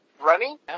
running